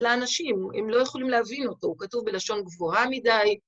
לאנשים, הם לא יכולים להבין אותו, הוא כתוב בלשון גבוהה מדי.